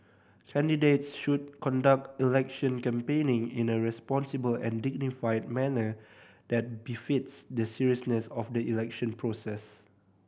candidates should conduct election campaigning in a responsible and dignified manner that befits the seriousness of the election process